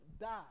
die